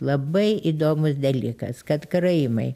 labai įdomus dalykas kad karaimai